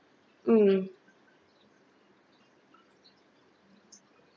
mm